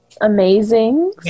amazing